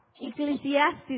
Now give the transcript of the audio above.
Ecclesiastes